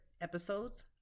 episodes